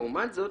לעומת זאת,